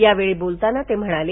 यावेळी बोलताना ते म्हणाले